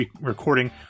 recording